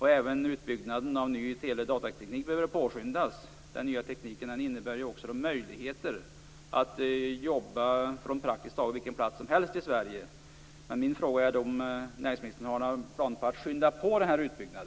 Även utbyggnaden av ny tele och datateknik behöver påskyndas. Den nya tekniken ger ju möjligheter till förläggning av jobb på praktiskt taget vilken plats som helst i Sverige. Min fråga är om näringsministern har några planer på att skynda på denna utbyggnad.